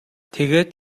тэгээд